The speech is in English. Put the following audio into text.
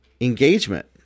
engagement